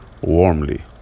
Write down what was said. warmly